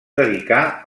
dedicà